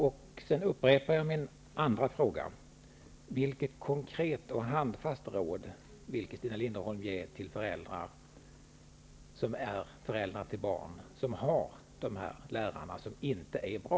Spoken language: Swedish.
Jag upprepar min andra fråga: Vilket konkret och handfast råd vill Christina Linderholm ge föräldrar med barn som har lärare som inte är bra?